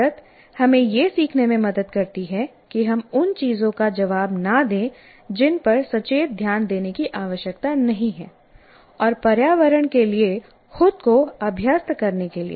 आदत हमें यह सीखने में मदद करती है कि हम उन चीजों का जवाब न दें जिन पर सचेत ध्यान देने की आवश्यकता नहीं है और पर्यावरण के लिए खुद को अभ्यस्त करने के लिए